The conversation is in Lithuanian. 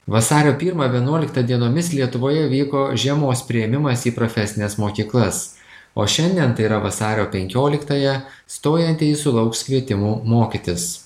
vasario pirmą vienuoliktą dienomis lietuvoje vyko žiemos priėmimas į profesines mokyklas o šiandien tai yra vasario penkioliktąją stojantieji sulauks kvietimų mokytis